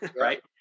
right